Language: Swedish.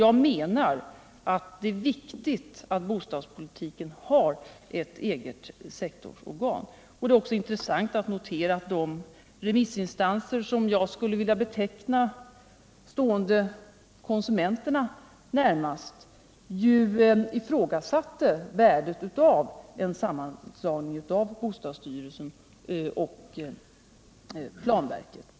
Enligt min mening är det viktigt att bostadspolitiken har ett eget sektorsorgan, och det är intressant att notera att också de remissorgan, som jag skulle vilja beteckna som stående konsumenterna närmast, ifrågasatte värdet av en sammanslagning av bostadsstyrelsen och planverket.